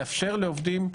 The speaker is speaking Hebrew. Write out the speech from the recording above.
לאפשר לעובדים,